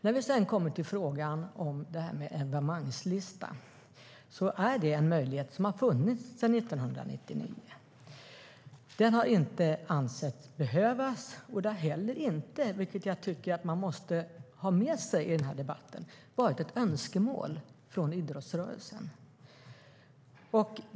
När vi sedan kommer till frågan om en evenemangslista är det en möjlighet som har funnits sedan 1999. Den har inte ansetts behövas, och det har inte heller varit ett önskemål från idrottsrörelsen - vilket jag tycker att man måste ha med sig i debatten.